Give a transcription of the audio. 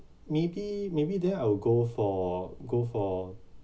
maybe maybe then I will go for go for